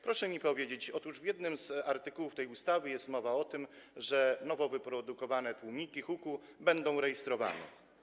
Proszę mi powiedzieć, w jednym z artykułów tej ustawy jest mowa o tym, że nowo wyprodukowane tłumiki huku będą rejestrowane.